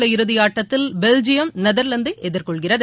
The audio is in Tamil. உள்ள இறுதி ஆட்டத்தில் பெல்ஜியம் நெதா்லாந்தை எதிா்கொள்கிறது